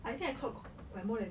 I think you I clock like more than